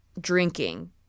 drinking